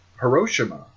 Hiroshima